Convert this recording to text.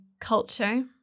culture